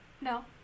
No